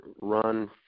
run